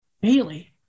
Bailey